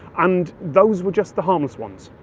and those were just the harmless ones.